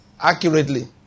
Accurately